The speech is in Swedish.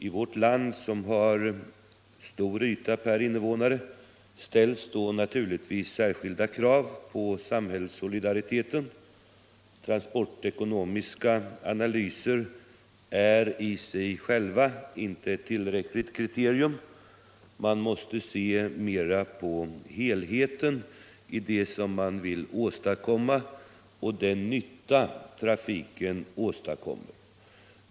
I vårt land, som har stor yta per invånare, ställs då naturligtvis särskilda krav på samhällssolidariteten. Transportekonomiska analyser är i sig själva inte ett tillräckligt kriterium. Man måste se mera på helheten i det som man vill åstadkomma och den nytta trafiken åstadkommer.